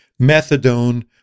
methadone